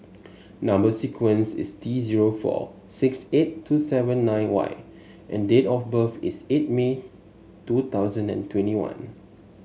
number sequence is T zero four six eight two seven nine Y and date of birth is eight May two thousand and twenty one